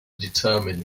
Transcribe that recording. determine